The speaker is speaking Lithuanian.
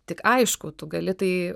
tik aišku tu gali tai